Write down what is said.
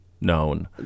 known